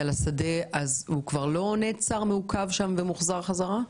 לשדה, אז הוא כבר לא נעצר, מעוכב ומוחזר חזרה?